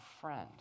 friend